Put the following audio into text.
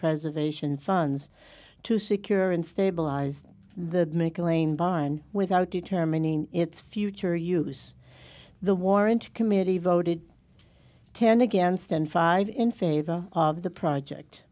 preservation sons to secure and stabilize the mclean barn without determining its future use the warrant committee voted ten against and five in favor of the project